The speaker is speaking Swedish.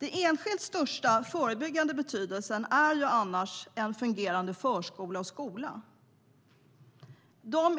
Den enskilt största förebyggande insatsen av betydelse är en fungerande förskola och skola.